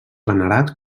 venerat